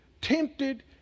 tempted